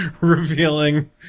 revealing